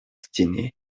стене